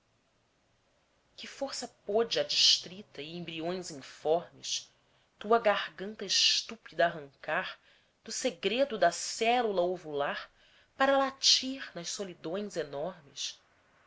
que força pôde adstrita e embriões informes tua garganta estúpida arrancar do segredo da célula ovular para latir nas solidões enormes